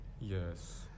Yes